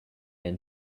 and